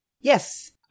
Yes